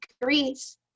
degrees